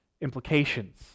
implications